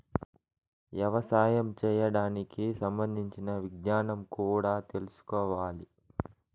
యవసాయం చేయడానికి సంబంధించిన విజ్ఞానం కూడా తెల్సుకోవాలి